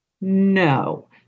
No